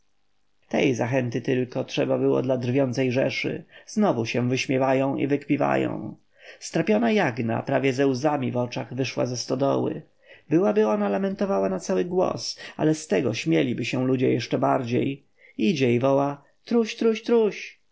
tej zachęty tylko trzeba było dla drwiącej rzeszy znów się wyśmiewają i wykpiwają strapiona jagna prawie ze łzami w oczach wyszła ze stodoły byłaby ona lamentowała na cały głos ale z tego śmieliby się ludzie jeszcze bardziej idzie i woła